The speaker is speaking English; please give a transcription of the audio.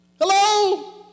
Hello